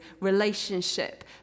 relationship